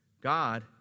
God